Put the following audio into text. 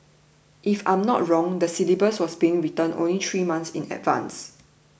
if I'm not wrong the syllabus was being written only three months in advance